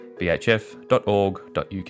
bhf.org.uk